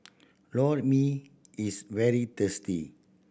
Lor Mee is very tasty